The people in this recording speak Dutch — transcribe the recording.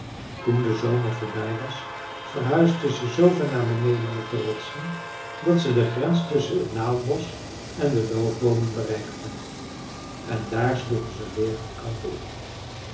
toen de zomer voorbij was verhuisden ze zoover naar beneden op de rotsen dat ze de grens tusschen t naaldbosch en de loofboomen bereikten en daar sloegen ze weer hun kamp op